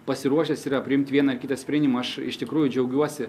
pasiruošęs yra priimt vieną ar kitą sprendimą aš iš tikrųjų džiaugiuosi